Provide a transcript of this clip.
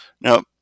Now